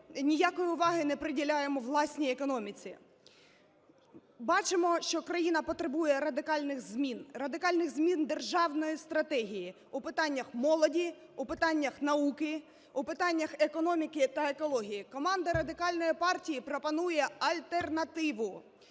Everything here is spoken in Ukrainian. ніякої уваги не приділяємо власній економіці. Бачимо, що країна потребує радикальних змін, радикальних змін державної стратегії у питаннях молоді, у питання науки, у питаннях економіки та екології. Команда Радикальної партії пропонує альтернативу,